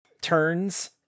turns